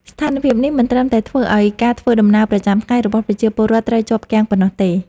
ស្ថានភាពនេះមិនត្រឹមតែធ្វើឱ្យការធ្វើដំណើរប្រចាំថ្ងៃរបស់ប្រជាពលរដ្ឋត្រូវជាប់គាំងប៉ុណ្ណោះទេ។